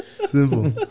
Simple